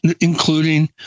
including